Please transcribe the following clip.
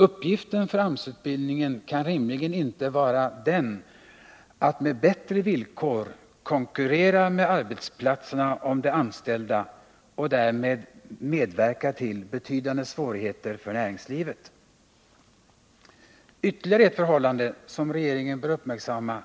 Uppgiften för AMS-utbildningen kan rimligen inte vara den, att med bättre villkor konkurrera med arbetsplatserna om de anställda och därmed medverka till betydande svårigheter för näringslivet. Ytterligare ett förhållande, som regeringen bör uppmärksamma,